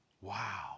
Wow